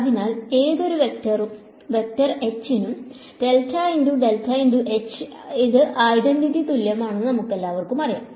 അതിനാൽ ഏതൊരു vector H നും ഇത് ഐഡന്റിറ്റി തുല്യമാണെന്ന് നമുക്കെല്ലാവർക്കും അറിയാം